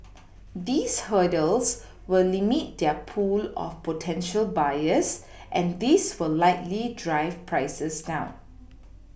these hurdles will limit their pool of potential buyers and this will likely drive prices down